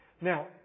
Now